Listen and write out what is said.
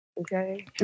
Okay